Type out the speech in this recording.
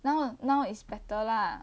now now is better lah